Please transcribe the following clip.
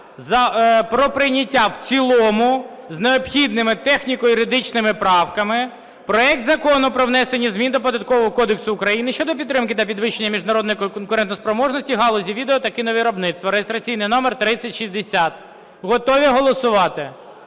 про прийняття в цілому з необхідними техніко-юридичними правками проект Закону про внесення змін до Податкового кодексу України щодо підтримки та підвищення міжнародної конкурентоспроможності галузі відео- та кіно-виробництва (реєстраційний номер 3060). Готові голосувати?